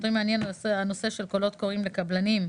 אותי מעניין הנושא של קולות קוראים לקבלנים,